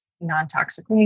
non-toxic